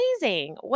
amazing